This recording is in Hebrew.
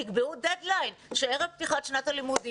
תקבעו דד ליין שערב פתיחת שנת הלימודים